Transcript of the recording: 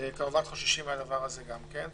כמובן חוששים מזה גם כן.